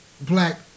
black